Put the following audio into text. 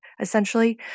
essentially